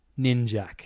Ninjak